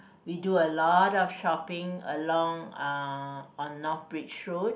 we do a lot of shopping along uh on North Bridge road